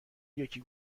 یکی